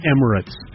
Emirates